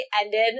ended